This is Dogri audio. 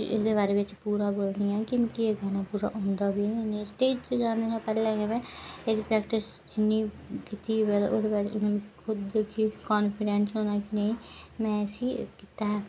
एह्दे बारे बिच्च पूरा बोलनी आं कि मिगी एह् गाना पूरा औंदा बी ऐ जां नेईं स्टेज ते जाने कोला पैह्ले मैं एह्दी प्रैक्टिस जिन्नी कीती होवै ते ओह्दे बाद खुद बी कान्फीडेंट होना कि नेईं मैं इसी कीता ऐ